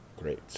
Great